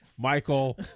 Michael